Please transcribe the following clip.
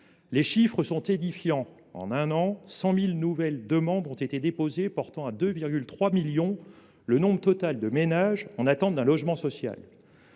Les chiffres sont édifiants : en un an, 100 000 nouvelles demandes ont été déposées, portant à 2,3 millions le nombre total de ménages en attente d’un logement social.